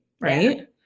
right